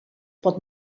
pot